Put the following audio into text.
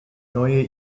neue